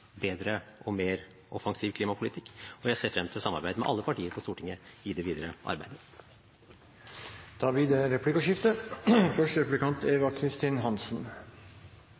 bedre og mer offensiv klimapolitikk, og jeg ser frem til å samarbeide med alle partier på Stortinget i det videre arbeidet. Det blir replikkordskifte.